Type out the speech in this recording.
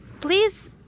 please